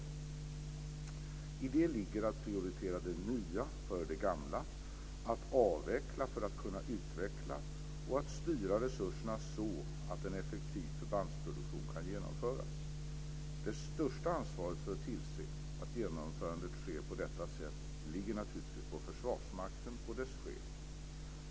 I det ligger att prioritera det nya före det gamla, att avveckla för att kunna utveckla och att styra resurserna så att en effektiv förbandsproduktion kan genomföras. Det största ansvaret för att tillse att genomförandet sker på detta sätt ligger naturligtvis på Försvarsmakten och dess chef.